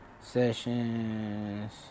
Sessions